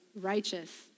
righteous